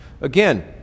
Again